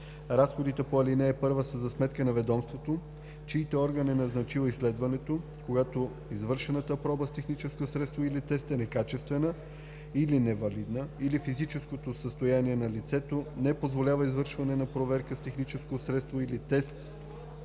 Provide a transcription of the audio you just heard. Разходите по ал. 1 са за сметка на ведомството, чийто орган е назначил изследването, когато извършената проба с техническо средство или тест е некачествена или невалидна или физическото състояние на лицето не позволява извършване на проверка с техническо средство или тест